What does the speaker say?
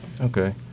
Okay